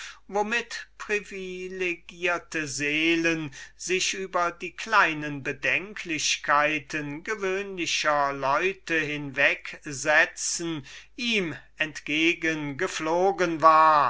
privilegierte seelen sich über die kleinen bedenklichkeiten gewöhnlicher leute hinwegsetzen ihm entgegengeflogen war